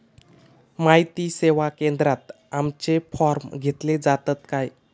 माहिती सेवा केंद्रात आमचे फॉर्म घेतले जातात काय?